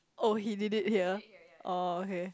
oh he did it here oh okay